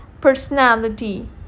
personality